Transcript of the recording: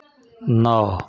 नौ